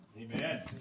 Amen